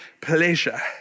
pleasure